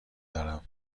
دارم